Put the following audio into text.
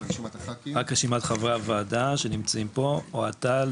רק רשימת חברי הוועדה שנמצאים פה: אוהד טל,